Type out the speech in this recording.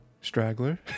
Straggler